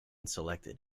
selected